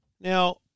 Now